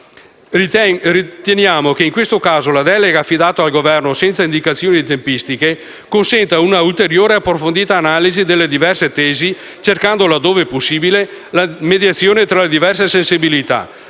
Riteniamo che in questo caso la delega affidata al Governo, senza indicazione di tempistiche, consenta un'ulteriore approfondita analisi delle diverse tesi, cercando, laddove possibile, la mediazione tra le diverse sensibilità,